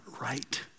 right